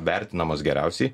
vertinamos geriausiai